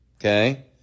okay